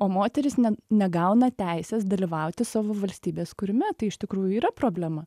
o moterys ne negauna teisės dalyvauti savo valstybės kūrime tai iš tikrųjų yra problema